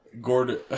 Gordon